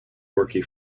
murky